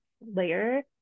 layer